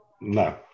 No